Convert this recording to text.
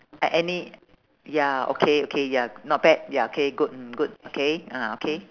I any ya okay okay ya not bad ya K good mm good okay ah okay